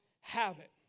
habit